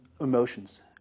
emotions